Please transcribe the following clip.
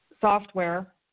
software